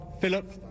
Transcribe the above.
Philip